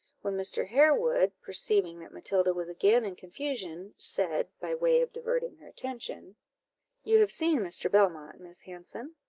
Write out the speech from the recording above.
when mr. harewood, perceiving that matilda was again in confusion, said, by way of diverting her attention you have seen mr. belmont, miss hanson?